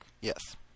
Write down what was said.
Yes